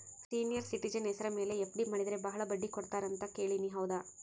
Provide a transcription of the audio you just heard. Senior citizen ಹೆಸರ ಮೇಲೆ FD ಮಾಡಿದರೆ ಬಹಳ ಬಡ್ಡಿ ಕೊಡ್ತಾರೆ ಅಂತಾ ಕೇಳಿನಿ ಹೌದಾ?